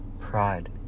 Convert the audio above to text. pride